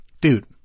dude